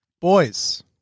Boys